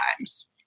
times